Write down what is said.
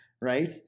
right